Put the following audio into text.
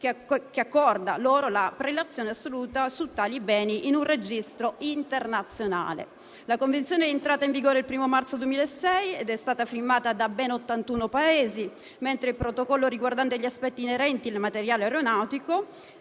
che accorda loro la prelazione assoluta su tali beni in un registro internazionale. La convenzione è entrata in vigore il 1° marzo 2006 ed è stata firmata da ben 81 Paesi, mentre il protocollo riguardante gli aspetti inerenti al materiale aeronautico